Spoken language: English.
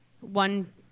One